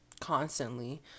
constantly